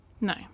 No